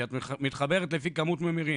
כי את מתחברת על פי כמות ממירים.